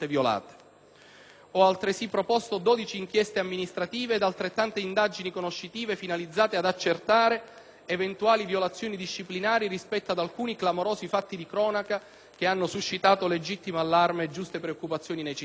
Ho, altresì, proposto 12 inchieste amministrative ed altrettante indagini conoscitive finalizzate ad accertare eventuali violazioni disciplinari rispetto ad alcuni clamorosi fatti di cronaca che hanno suscitato legittimo allarme e giuste preoccupazioni nei cittadini.